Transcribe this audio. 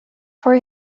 for